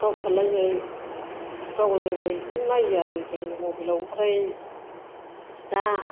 गावथारलायनाय गावलायनायखौ नायो आरो जोंनि मबाइलाव ओमफ्राय दा